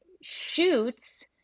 shoots